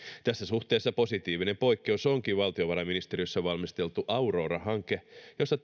tässä suhteessa positiivinen poikkeus onkin valtiovarainministeriössä valmisteltu aurora hanke jossa